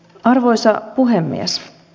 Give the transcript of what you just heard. arvoisa puhemies